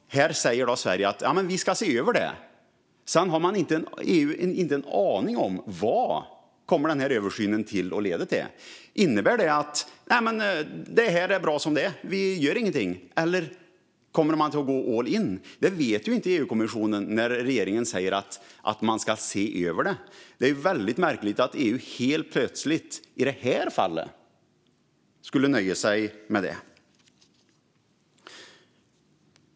Här säger Sverige: Vi ska se över detta. Sedan har EU inte en aning om vad denna översyn kommer att leda till. Innebär det att Sverige anser att det är bra som det är och inte gör någonting eller gå all in? Det vet inte EU-kommissionen när regeringen säger att detta ska ses över. Det är väldigt märkligt att EU helt plötsligt i detta fall skulle nöja sig med det.